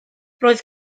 roedd